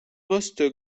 måste